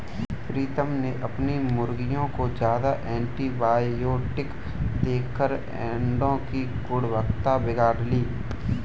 प्रीतम ने अपने मुर्गियों को ज्यादा एंटीबायोटिक देकर अंडो की गुणवत्ता बिगाड़ ली